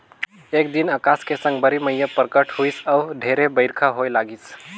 एक दिन अकास मे साकंबरी मईया परगट होईस अउ ढेरे बईरखा होए लगिस